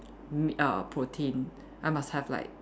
me~ uh protein I must have like